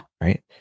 Right